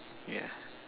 ya